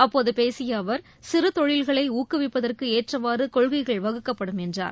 அப்போது பேசிய அவர் சிறு தொழில்களை ஊக்குவிப்பதற்கு ஏற்றவாறு கொள்கைகள் வகுக்கப்படும் என்றார்